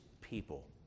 people